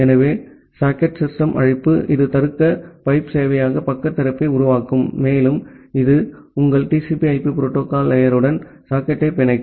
ஆகவே socket system அழைப்பு இது தருக்க பைப் சேவையக பக்க திறப்பை உருவாக்கும் மேலும் இது உங்கள் TCP IP புரோட்டோகால் லேயர் உடன் சாக்கெட்டை பிணைக்கும்